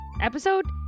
Episode